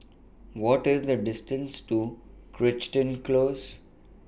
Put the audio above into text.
What IS The distance to Crichton Close